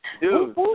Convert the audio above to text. Dude